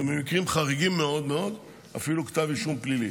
ובמקרים חריגים מאוד מאוד אפילו כתב אישום פלילי.